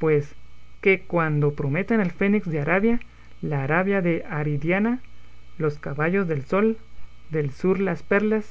pues qué cuando prometen el fénix de arabia la corona de aridiana los caballos del sol del sur las perlas